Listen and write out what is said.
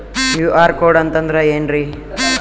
QR code ಅಂತಂದ್ರ ಏನ್ರೀ?